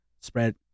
spread